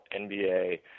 NBA